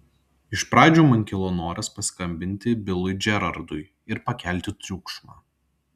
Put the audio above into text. iš pradžių man kilo noras paskambinti bilui džerardui ir pakelti triukšmą